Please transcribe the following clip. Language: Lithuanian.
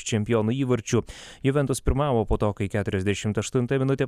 čempionų įvarčiu juventus pirmavo po to kai keturiasdešimt aštuntą minutę